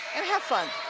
and have fun.